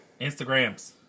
instagrams